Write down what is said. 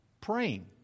praying